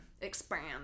expand